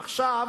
עכשיו